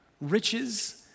riches